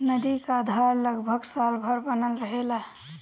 नदी क धार लगभग साल भर बनल रहेला